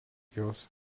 jos